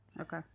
Okay